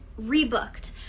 rebooked